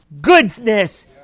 goodness